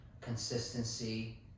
consistency